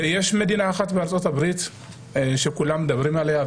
ויש מדינה אחת בארצות-הברית שכולם מדברים עליה,